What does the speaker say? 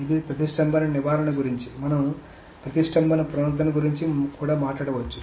ఇది ప్రతిష్టంభన నివారణ గురించి మనం ప్రతిష్టంభన పునరుద్ధరణ గురించి కూడా మాట్లాడవచ్చు